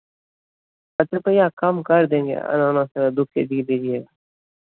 पाँच रुपये कम कर देंगे अनानास दो के जी लीजिएगा